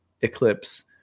eclipse